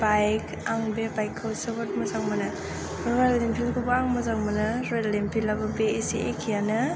bike आं बे बाइकखौ जोबोद मोजां मोनो रयेल एनफिलखौबो आं मोजां मोनो रयेल एनफिलाबो बे एसे एखेआनो